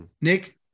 Nick